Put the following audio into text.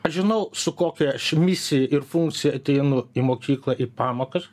aš žinau su kokia misija ir funkcija ateinu į mokyklą į pamokas